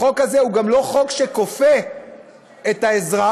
החוק הזה הוא גם לא חוק שכופה את האזרח,